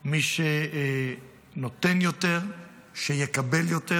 שמי שנותן יותר שיקבל יותר,